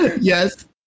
Yes